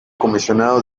comisionado